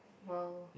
well